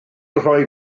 rhoi